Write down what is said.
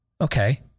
Okay